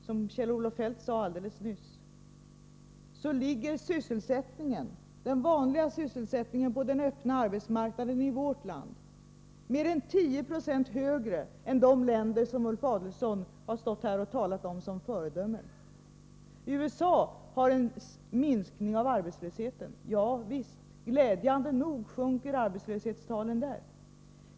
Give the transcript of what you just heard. Som Kjell-Olof Feldt alldeles nyss sade, ligger sysselsättningen — den vanliga sysselsättningen på den öppna arbetsmarknaden — i vårt land mer än 10 96 högre än i de länder som Ulf Adelsohn har talat om som föredömen. ”USA har en minskning av arbetslösheten.” Ja visst, glädjande nog sjunker arbetslöshetstalen där.